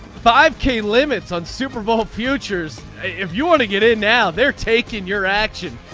five k limits on super bowl futures. if you want to get in now they're taking your action.